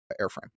airframe